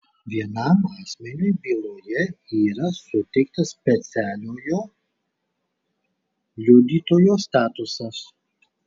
vienam asmeniui byloje yra suteiktas specialiojo liudytojo statusas